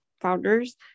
founders